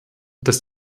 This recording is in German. dass